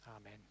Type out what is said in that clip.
Amen